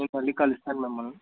నేను మళ్ళీ కలుస్తాను మిమ్మల్ని